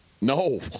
No